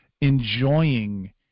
enjoying